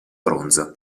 bronzo